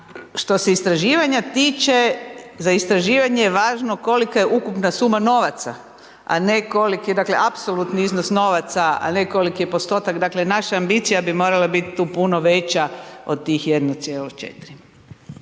što se istraživanja tiče, za istraživanje je važno kolika je ukupna suma novaca, a ne koliko je, dakle apsolutni iznos novaca, a ne koliki je postotak. Dakle, naša ambicija bi morala biti tu puno veća od tih 1,4.